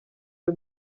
iyo